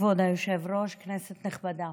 כבוד היושב-ראש, כנסת נכבדה,